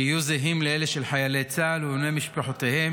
שיהיו זהות לאלה של חיילי צה"ל ובני משפחותיהם,